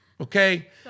Okay